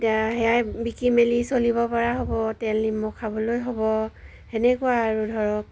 এতিয়া সেয়াই বিকি মেলি চলিব পৰা হ'ব তেল নিমখ খাবলৈ হ'ব তেনেকুৱা আৰু ধৰক